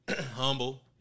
Humble